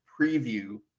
preview